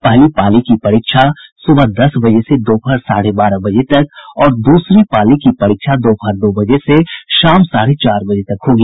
पहली पाली की परीक्षा सुबह दस बजे से दोपहर साढ़े बारह बजे तक और दूसरी पाली की परीक्षा दोपहर दो बजे से शाम साढ़े चार बजे तक होगी